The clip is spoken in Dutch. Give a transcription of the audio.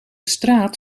straat